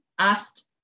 Asked